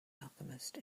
alchemist